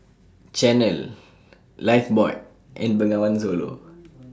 Chanel Lifebuoy and Bengawan Solo